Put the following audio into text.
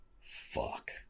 fuck